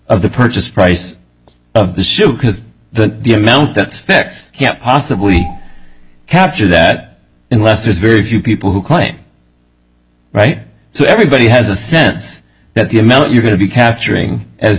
of the purchase price of the shoe because the amount that's fixed can't possibly capture that unless there's very few people who claim right so everybody has a sense that the amount you're going to be capturing as